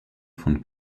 von